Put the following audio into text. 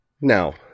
Now